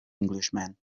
englishman